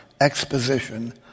exposition